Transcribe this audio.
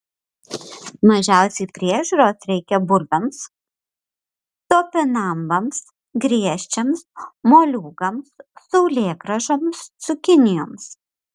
mažiausiai priežiūros reikia bulvėms topinambams griežčiams moliūgams saulėgrąžoms cukinijoms